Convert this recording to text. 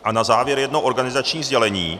A na závěr jedno organizační sdělení.